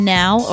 now